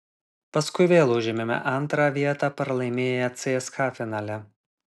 paskui vėl užėmėme antrą vietą pralaimėję cska finale